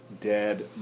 dead